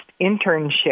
internship